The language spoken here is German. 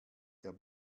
der